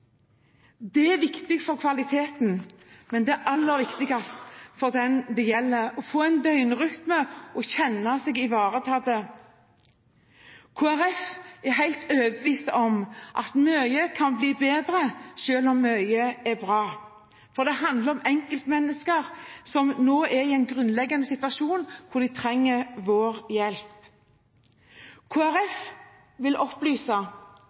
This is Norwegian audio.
Det er viktig for kvaliteten, men det er aller viktigst for den det gjelder. Det handler om å få en døgnrytme og kjenne seg ivaretatt. Kristelig Folkeparti er helt overbevist om at mye kan bli bedre, selv om mye er bra. Det handler om enkeltmennesker som er i en grunnleggende situasjon, og hvor de trenger vår hjelp. Kristelig Folkeparti vil opplyse